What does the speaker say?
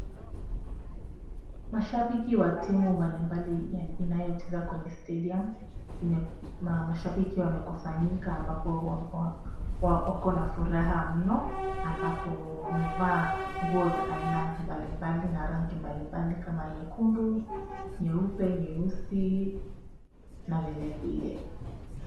Mashabiki wa timu mbalimbali inayocheza kwenye stadium . Mashabiki wamekusanyika ambapo wako na furaha mno ambapo wamevaa nguo za aina mbalimbali na rangi mbalimbali kama vile nyekundu, nyeupe, nyeusi na vilevile.